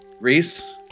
reese